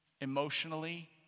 emotionally